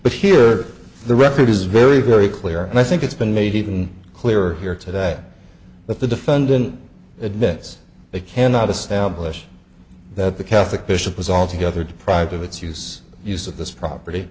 but here the record is very very clear and i think it's been made even clearer here to that that the defendant admits they cannot establish that the catholic bishop was altogether deprived of its use use of this property